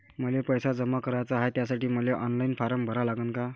मले पैसे जमा कराच हाय, त्यासाठी मले ऑनलाईन फारम भरा लागन का?